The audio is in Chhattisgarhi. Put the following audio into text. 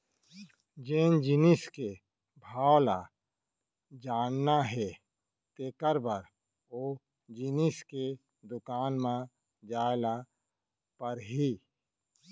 जेन जिनिस के भाव ल जानना हे तेकर बर ओ जिनिस के दुकान म जाय ल परही